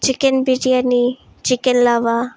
chicken biryani chicken lava